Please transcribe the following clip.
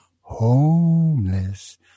homeless